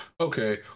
okay